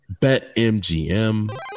BetMGM